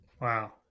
Wow